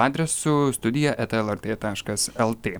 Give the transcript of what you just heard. adresu studija eta lrt taškas lt